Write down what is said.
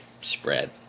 spread